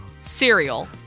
cereal